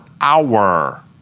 hour